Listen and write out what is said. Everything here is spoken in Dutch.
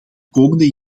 komende